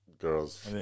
Girls